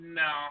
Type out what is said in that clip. no